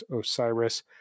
Osiris